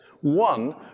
one